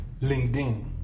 LinkedIn